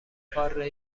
قاره